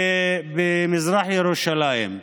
במזרח ירושלים.